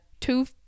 two